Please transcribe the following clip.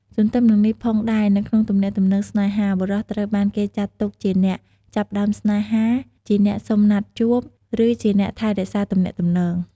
ទន្ទឹមនិងនេះផងដែរនៅក្នុងទំនាក់ទំនងស្នេហា បុរសត្រូវបានគេចាត់ទុកជាអ្នក ចាប់ផ្ដើមស្នេហា ជាអ្នកសុំណាត់ជួប ឬជាអ្នកថែរក្សាទំនាក់ទំនង។